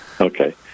Okay